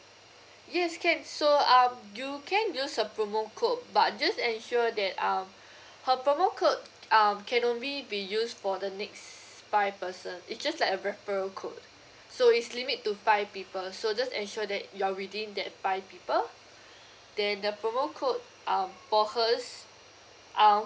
yes can so uh you can use a promo code but just ensure that um her promo code um can only be used for the next five person it's just like a referral code so it's limit to five people so just ensure that you are within that five people then the promo code um for hers um